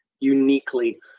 uniquely